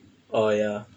oh ya